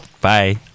bye